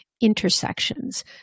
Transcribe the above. intersections